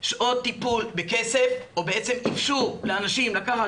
שעות טיפול בכסף או בעצם איפשור לאנשים לקחת